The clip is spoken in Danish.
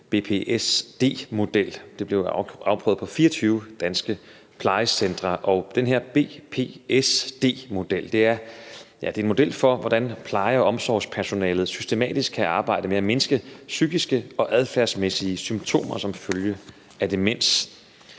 BPSD-model. Den blev afprøvet på 24 danske plejecentre. Den her BPSD-model er en model for, hvordan pleje- og omsorgspersonalet systematisk kan arbejde med at mindske psykiske og adfærdsmæssige symptomer som følge af demens.